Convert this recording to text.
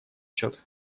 счет